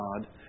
God